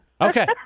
Okay